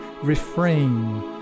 refrain